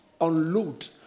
unload